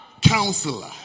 Counselor